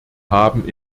haben